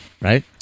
right